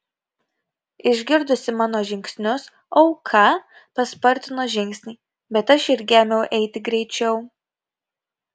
išgirdusi mano žingsnius auka paspartino žingsnį bet aš irgi ėmiau eiti greičiau